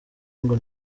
ngo